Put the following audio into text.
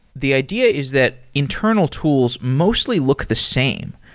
the idea is that internal tools mostly look the same.